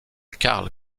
karl